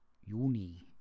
Juni